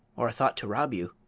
or thought to rob you.